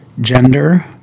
gender